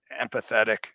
empathetic